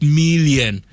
million